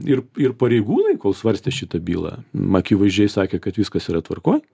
ir ir pareigūnai kol svarstė šitą bylą m akivaizdžiai sakė kad viskas yra tvarkoj